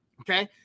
Okay